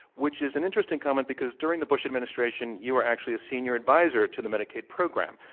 which is an interesting comment because during the bush administration you were actually a senior advisor to the medicaid program.